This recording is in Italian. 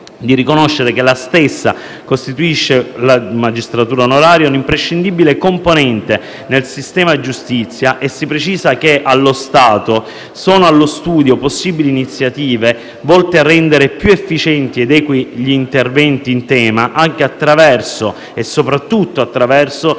di riconoscere che la stessa magistratura onoraria costituisce una imprescindibile componente nel sistema giustizia. Si precisa che, allo stato, sono allo studio possibili iniziative volte a rendere più efficienti ed equi gli interventi in tema anche e soprattutto attraverso